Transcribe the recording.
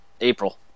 April